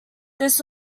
this